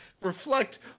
reflect